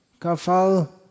kafal